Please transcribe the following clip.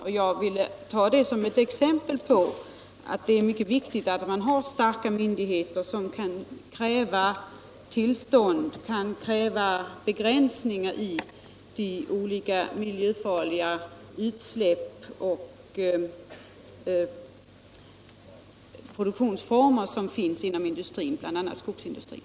Jag ville ta det som exempel på att det är viktigt att man har starka myndigheter som kan kräva tillstånd och begränsningar i de olika miljöfarliga utsläpp och produktionsformer som finns inom industrin, bl.a. skogsindustrin.